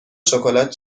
شکلات